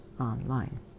online